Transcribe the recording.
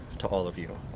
to all of you.